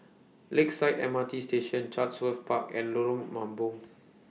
Lakeside M R T Station Chatsworth Park and Lorong Mambong